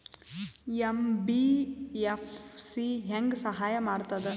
MBFC ಹೆಂಗ್ ಸಹಾಯ ಮಾಡ್ತದ?